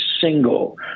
single